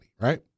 right